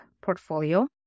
portfolio